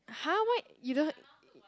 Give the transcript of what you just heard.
!huh! why you don't